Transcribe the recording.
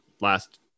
last